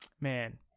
man